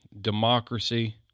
democracy